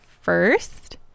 first